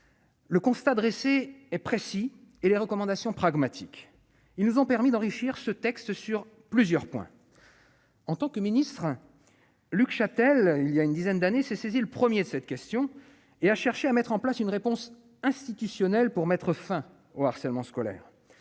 le constat dressé et précis et les recommandations pragmatiques, ils nous ont permis d'enrichir ce texte sur plusieurs points, en tant que ministre Luc Chatel, il y a une dizaine d'années s'est saisi le 1er cette question et a cherché à mettre en place une réponse institutionnelle pour mettre fin au harcèlement scolaire